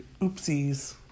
Oopsies